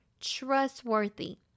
trustworthy